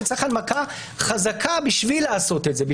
שצריך הנמקה חזקה בשביל לעשות את זה,